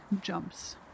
jumps